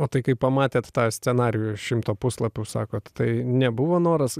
o tai kai pamatėt tą scenarijų šimto puslapių sakot tai nebuvo noras